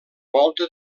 volta